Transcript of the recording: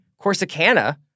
Corsicana